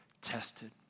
tested